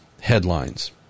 headlines